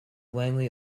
langley